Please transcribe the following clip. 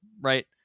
Right